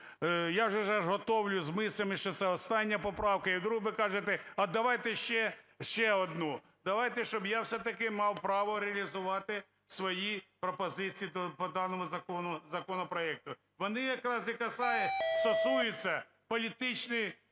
я вже ж готуюсь з мислями, що це остання поправка, і вдруг ви кажете, а давайте ще одну. Давайте, щоб я все-таки мав право реалізувати свої пропозиції по даному законопроекту. Вони якраз і стосуються політичної